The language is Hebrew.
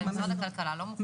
ומשרד הכלכלה לא מוכן לזה.